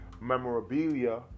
memorabilia